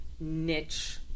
niche